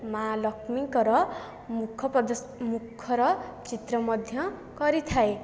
ମା ଲକ୍ଷ୍ମୀଙ୍କର ମୁଖ ମୁଖର ଚିତ୍ର ମଧ୍ୟ କରିଥାଏ